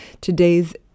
today's